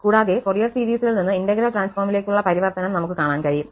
കൂടാതെ ഫൊറിയർ സീരീസിൽ നിന്ന് ഇന്റഗ്രൽ ട്രാൻസ്ഫോമിലേക്കുള്ള പരിവർത്തനം നമുക് കാണാൻ കഴിയും